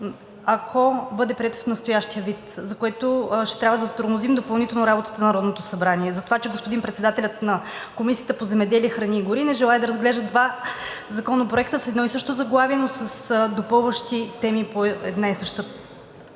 ако бъде приет в настоящия вид, за което ще трябва да затормозим допълнително работата на Народното събрание – за това, че господин председателят на Комисията по земеделието, храните и горите не желае да разглежда два законопроекта с едно и също заглавие, но с допълващи теми по една и съща